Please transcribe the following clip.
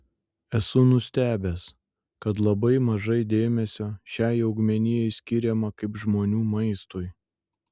esu nustebęs kad labai mažai dėmesio šiai augmenijai skiriama kaip žmonių maistui